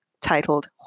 titled